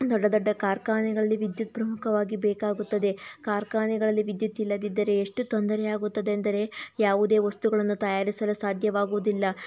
ದೊಡ್ಡ ದೊಡ್ಡ ಕಾರ್ಖಾನೆಗಳಲ್ಲಿ ವಿದ್ಯುತ್ ಪ್ರಮುಖವಾಗಿ ಬೇಕಾಗುತ್ತದೆ ಕಾರ್ಖಾನೆಗಳಲ್ಲಿ ವಿದ್ಯುತ್ ಇಲ್ಲದಿದ್ದರೆ ಎಷ್ಟು ತೊಂದರೆಯಾಗುತ್ತದೆ ಎಂದರೆ ಯಾವುದೇ ವಸ್ತುಗಳನ್ನು ತಯಾರಿಸಲು ಸಾಧ್ಯವಾಗುವುದಿಲ್ಲ